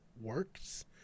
works